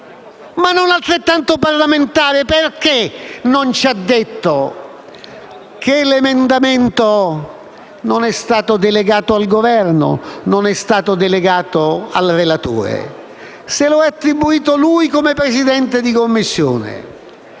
ma non altrettanto parlamentare (perché non ci ha detto che l'emendamento non è stato delegato al Governo, che non è stato delegato al relatore, e che se lo è attribuito lui come Presidente della Commissione),